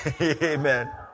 Amen